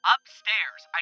Upstairs